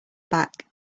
back